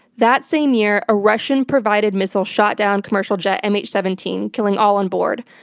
that same year, a russian-provided missile shot down commercial jet mh seventeen, killing all onboard.